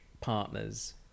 partners